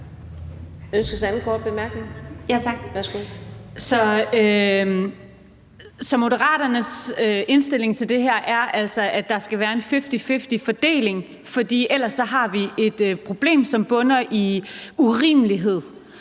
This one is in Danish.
Så Moderaternes indstilling til det her er altså, at der skal være en fifty-fifty-fordeling, for ellers har vi et problem, som bunder i urimelighed,